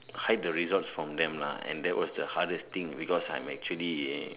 hide the results from them lah and that was the hardest thing because I'm actually